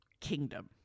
kingdom